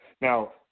Now